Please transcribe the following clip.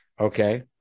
Okay